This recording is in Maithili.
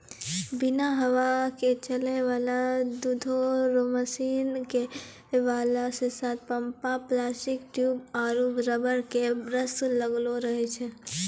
बिना हवा के चलै वाला दुधो रो मशीन मे वाल्व के साथ पम्प प्लास्टिक ट्यूब आरु रबर के ब्रस लगलो रहै छै